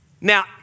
Now